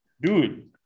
Dude